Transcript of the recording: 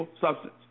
substance